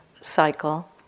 cycle